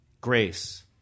Grace